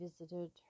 visited